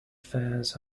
fairs